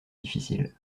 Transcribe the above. difficiles